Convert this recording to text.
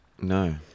No